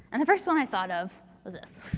and the first one i thought of was this.